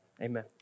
Amen